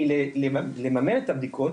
מתקמצנים לממן את הבדיקות,